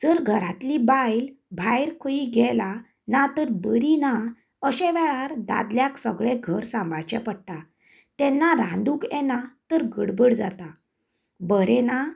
जर घरांतली बायल भायर खंय गेला ना तर बरी ना अश्या वेळार दादल्याक सगळें घर सांबाळचे पडटा तेन्ना रांदूंक येना तर गडबड जाता बरें ना